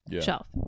shelf